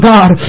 God